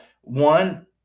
One